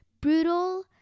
Brutal